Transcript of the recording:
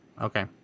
okay